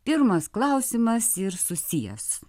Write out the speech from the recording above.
pirmas klausimas ir susijęs